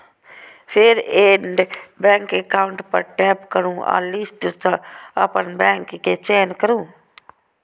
फेर add bank account पर tap करू आ लिस्ट सं अपन बैंक के चयन करू